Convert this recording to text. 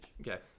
Okay